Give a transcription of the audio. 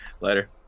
later